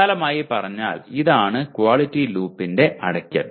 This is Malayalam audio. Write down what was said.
വിശാലമാമായി പറഞ്ഞാൽ ഇതാണ് ക്വാളിറ്റി ലൂപ്പിന്റെ അടയ്ക്കൽ